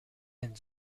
and